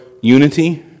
unity